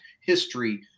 history